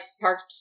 parked